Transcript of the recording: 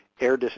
Air